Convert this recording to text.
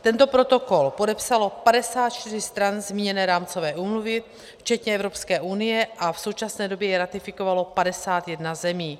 Tento protokol podepsalo 54 stran zmíněné rámcové úmluvy včetně Evropské unie a v současné době ji ratifikovalo 51 zemí.